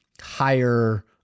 higher